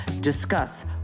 discuss